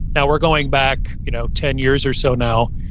now, we're going back you know ten years or so now,